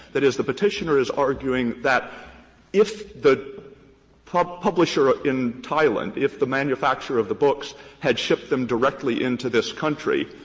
that is, the petitioner is arguing that if the publisher publisher ah in thailand, if the manufacturer of the books had shipped them directly into this country,